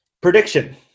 prediction